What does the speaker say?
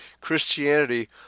Christianity